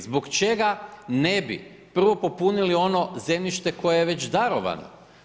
Zbog čega ne bi prvo popunili ono zemljište koje je već darovano?